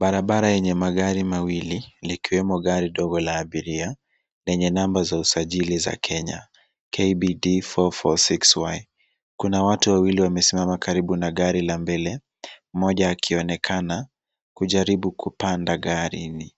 Barabara yenye magari mawili likiwemo gari dogo la abiria lenye namba za usajili za Kenya, KBD 446Y. Kuna watu wawili wamesimama karibu na gari la mbele, mmoja akionekana kujaribbu kupanda garini.